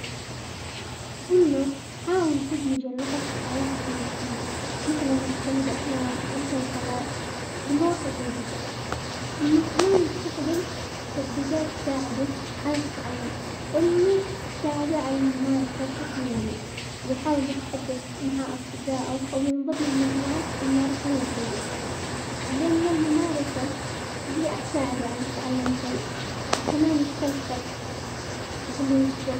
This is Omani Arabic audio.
قل له حاول تدمج اللغة في حياتك اليومية، مثل انك تشاهد افلام ومسلسلات بلغة جديدة، وانه كمان يستخدم تطبيقات تساعده على التعلم انه تساعده على الممارسة بشكل يومي، ويحاول يتخدث مع اصدقائه او ينضم لمجموعات الممارسة اللغوية، لان الممارسة هي اللي حتساعده على التعلم السريع، وكمان يحتاج صبر، اقول له يصبر.